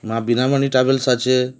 মা বিনাপাণি ট্রাভেলস আছে